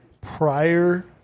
prior